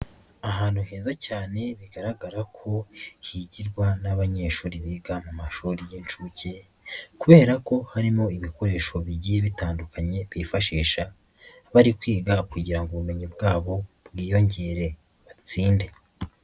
Ahantu heza cyane bigaragara ko higirwa n'abanyeshuri biga mu mashuri y'inshuke kubera ko harimo ibikoresho bigiye bitandukanye bifashisha bari kwiga kugira ngo ubumenyi bwabo bwiyongere batsinde.